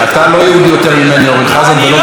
לשבת באותו בית של מי שצייץ את הציוץ המיותר והמביש הזה.